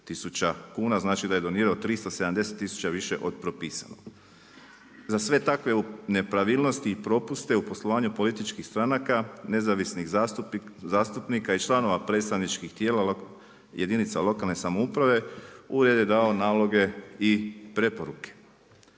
kuna. Znači da je donirao 370000 više od propisanog. Za sve takve nepravilnosti i propusti u poslovanju političkih stranka, nezavisnih zastupnika i članova predstavničkih tijela jedinica lokalne samouprave, ured je dao naloge i preporuke.